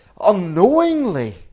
unknowingly